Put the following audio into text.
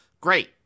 great